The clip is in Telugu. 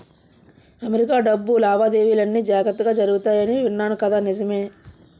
అమెరికా డబ్బు లావాదేవీలన్నీ జాగ్రత్తగా జరుగుతాయని విన్నాను కదా నిజమే